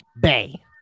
Bay